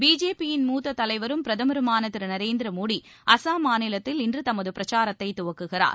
பிஜேபியின் மூத்த தலைவரும் பிரதமருமான திரு நரேந்திர மோடி அசாம் மாநிலத்தில் இன்று தமது பிரச்சாரத்தை துவக்குகிறார்